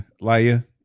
Laya